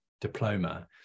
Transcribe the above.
diploma